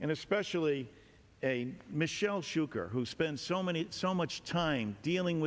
and especially a michelle shooter who spent so many so much time dealing